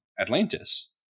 Atlantis